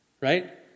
Right